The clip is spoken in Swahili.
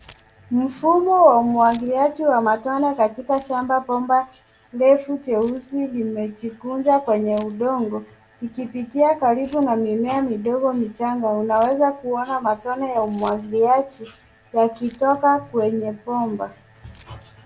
Mfumo wa umwagiliaji wa matone katika shamba. Bomba refu jeusi limejikunja kwenye udongo ikipitia karibu na mimea michanga. Unaweza kuona matone ya umwagiliaji yakitoka kwenye bomba.